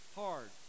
hard